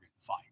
fight